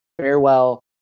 Farewell